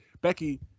Becky